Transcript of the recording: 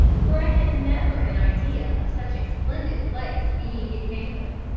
for i had never an idea of such a splendid place being in caneville.